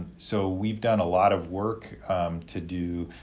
so we've done a lot of work to do